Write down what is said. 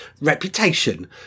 reputation